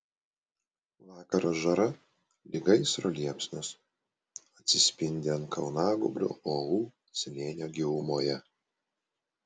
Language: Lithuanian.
vakaro žara lyg gaisro liepsnos atsispindi ant kalnagūbrio uolų slėnio gilumoje